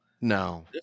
No